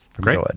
great